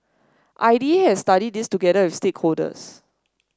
I D A has studied this together with stakeholders